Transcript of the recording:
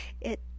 It